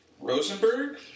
Rosenberg